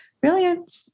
brilliant